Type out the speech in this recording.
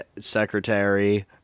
secretary